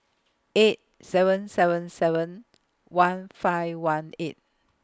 eight seven seven seven one five one eight